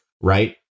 right